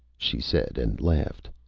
she said, and laughed.